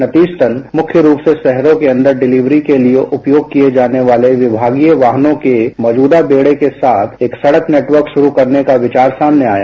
नतीजतन मुख्य रूप से शहरों के अंदर डिलीवरी के लिए उपयोग किये जाने वाले विभागीय वाहनों के मौजूदा बेडे के साथ एक सड़क नेटवर्क शुरू करने का विचार सामने आया